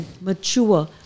mature